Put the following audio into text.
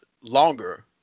longer